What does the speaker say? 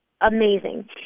amazing